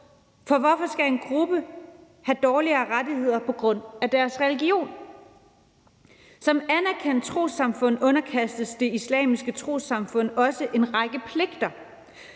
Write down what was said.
for hvorfor skal en gruppe have dårligere rettigheder på grund af deres religion? Som anerkendt trossamfund underkastes Det Islamiske Trossamfund også en række pligter,